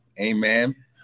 Amen